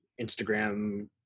Instagram